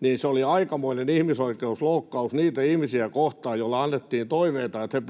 teki, oli aikamoinen ihmisoikeusloukkaus niitä ihmisiä kohtaan, joille annettiin toiveita, että he